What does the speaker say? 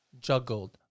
juggled